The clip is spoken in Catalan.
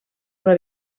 una